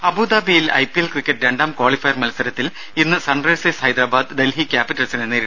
രുര അബുദാബിയിൽ I P L cricket രണ്ടാം ക്വാളിഫയർ മത്സരത്തിൽ ഇന്ന് സൺ റൈസേഴ്സ് ഹൈദരാബാദ് ഡൽഹി ക്യാപിറ്റൽസിനെ നേരിടും